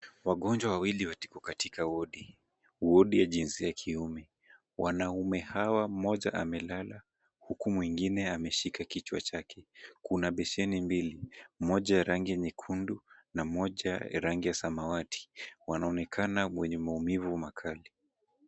Wagonjwa wawili waliko katika wodi. Wodi ya jinsia ya kiume. Wanaume hawa mmoja amelala, huku mwingine ameshika kichwa chake. Kuna besheni mbili, moja ya rangi ya nyekundu na moja ya rangi ya samawati. Wanaonekana wenye maumivu makali.